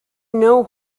know